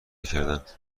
کردند